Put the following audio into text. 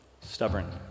stubborn